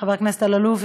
חבר הכנסת אלאלוף,